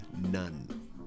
none